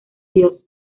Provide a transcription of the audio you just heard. dios